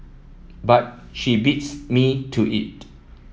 but she beats me to it